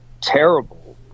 terrible